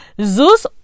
Zeus